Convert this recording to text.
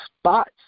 spots